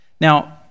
Now